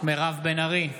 מירב בן ארי,